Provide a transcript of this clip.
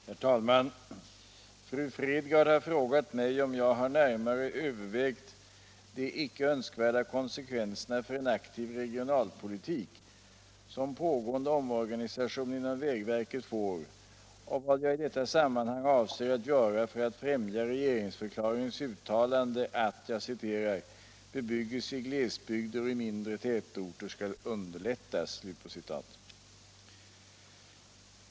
svara fru Fredgardhs den 13 januari anmälda fråga, 1976/77:181, och Om underlättande anförde: av bebyggelse i Herr talman! Fru Fredgardh har frågat mig om jag har närmare övervägt = glesbygder och de icke önskvärda konsekvenser för en aktiv regionalpolitik som pågående mindre tätorter omorganisation inom vägverket får och vad jag i detta sammanhang avser att göra för att främja regeringsförklaringens uttalande att bebyggelse i glesbygder och i mindre tätorter skall underlättas.